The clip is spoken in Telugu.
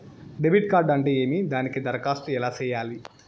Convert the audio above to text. డెబిట్ కార్డు అంటే ఏమి దానికి దరఖాస్తు ఎలా సేయాలి